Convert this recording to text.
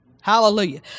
Hallelujah